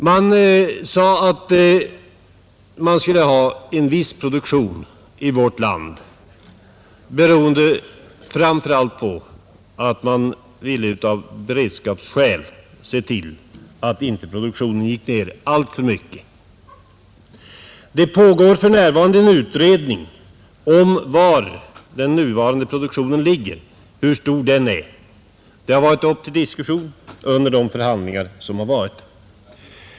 Man sade att man skulle ha en viss produktion i vårt land beroende framför allt på att man ville av beredskapsskäl se till att produktionen inte gick ner alltför mycket. Det pågår för närvarande en utredning om var den nuvarande produktionen ligger och hur stor den är. Det har varit uppe till diskussion under de förhandlingar som har varit.